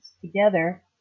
together